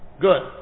Good